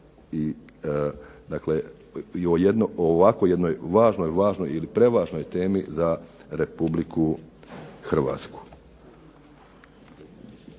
o ovako jednoj važnoj, važnoj ili prevažnoj temi za Republiku Hrvatsku.